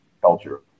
culture